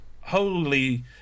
holy